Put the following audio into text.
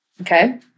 Okay